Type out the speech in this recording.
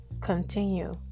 continue